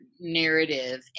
narrative